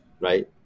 right